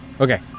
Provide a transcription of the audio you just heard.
Okay